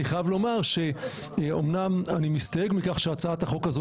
אני חייב לומר שאמנם אני מסתייג מכך שהצעת החוק הזאת